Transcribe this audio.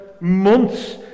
months